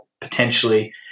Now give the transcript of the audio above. potentially